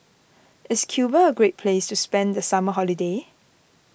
Is Cuba a great place to spend the summer holiday